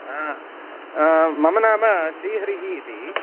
हा मम नाम श्रीहरिः इति